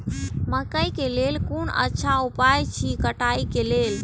मकैय के लेल कोन अच्छा उपाय अछि कटाई के लेल?